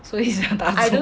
so he 像大猪